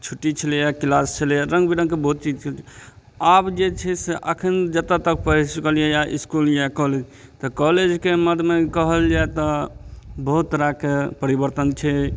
छुट्टी छलैया क्लास छलैया रङ्ग बिरङ्गके बहुत चीज छलै आब जे छै से अखन जतऽ तक पढ़ि चुकलियैया इसकुल या कॉलेज तऽ कॉलेजके मदमे कहल जाय तऽ बहुत तरहके परिबर्तन छै